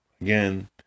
again